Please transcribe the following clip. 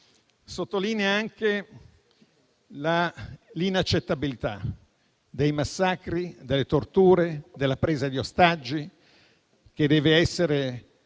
Sottolinea altresì l'inaccettabilità dei massacri, delle torture e della presa di ostaggi, che deve essere